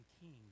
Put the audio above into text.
king